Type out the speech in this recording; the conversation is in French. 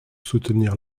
soutenir